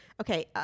Okay